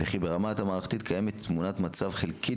וכי ברמה המערכתית קיימת תמונת מצב חלקית